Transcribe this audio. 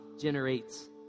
generates